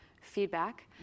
feedback